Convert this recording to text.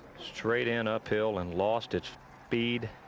straight in uphill and lost its speed.